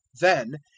Then